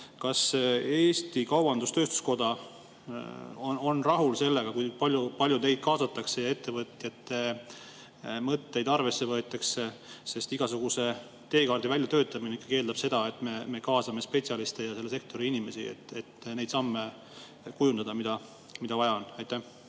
Kas Eesti Kaubandus-Tööstuskoda on rahul sellega, kui palju teid kaasatakse ja ettevõtjate mõtteid arvesse võetakse? Igasuguse teekaardi väljatöötamine ikkagi eeldab seda, et me kaasame spetsialiste ja selle sektori inimesi, et kujundada neid samme, mida vaja on. Aitäh